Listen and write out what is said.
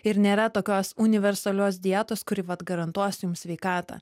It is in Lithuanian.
ir nėra tokios universalios dietos kuri vat garantuos jums sveikatą